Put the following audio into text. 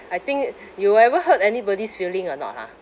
I think you ever hurt anybody's feeling or not ha